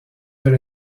dans